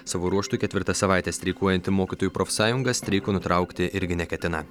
savo ruožtu ketvirtą savaitę streikuojanti mokytojų profsąjunga streiko nutraukti irgi neketina